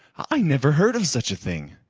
i never heard of such a thing.